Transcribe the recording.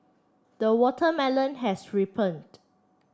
the watermelon has ripened